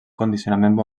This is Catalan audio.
condicionament